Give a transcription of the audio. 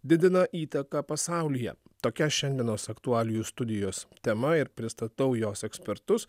didina įtaką pasaulyje tokia šiandienos aktualijų studijos tema ir pristatau jos ekspertus